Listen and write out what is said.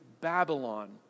Babylon